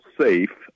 safe